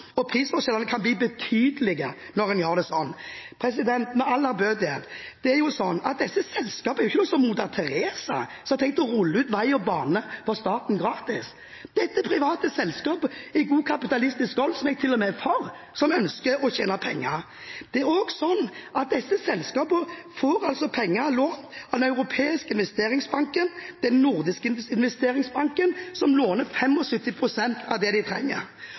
og prisforskjellene kan bli betydelige når man gjør det sånn. Med all ærbødighet – disse selskapene er ikke noen Moder Teresa som har tenkt å rulle ut vei og bane gratis for staten. Dette er private selskaper i god kapitalistisk ånd – som jeg til og med er for – og som ønsker å tjene penger. Det er også sånn at disse selskapene får lån av Den europeiske investeringsbank og Den nordiske investeringsbank, som låner ut 75 pst. av det de trenger.